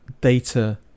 data